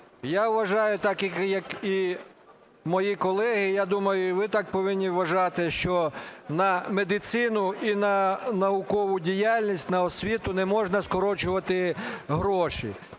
я вважаю так, як і мої колеги, я думаю, і ви так повинні вважати, що на медицину і на наукову діяльність, на освіту не можна скорочувати гроші.